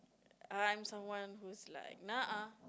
I'm someone who's like nah ah